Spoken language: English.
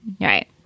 Right